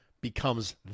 becomes